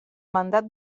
mandat